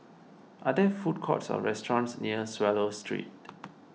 are there food courts or restaurants near Swallow Street